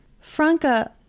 Franca